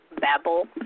babble